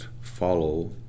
follow